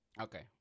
Okay